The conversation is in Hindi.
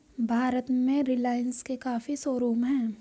भारत में रिलाइन्स के काफी शोरूम हैं